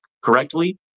correctly